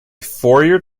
fourier